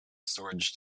storage